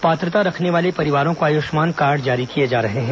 पात्रता रखने वाले परिवारों को आयुष्मान कार्ड जारी किए जा रहे हैं